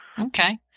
Okay